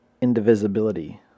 Indivisibility